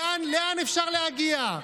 לאן אפשר להגיע,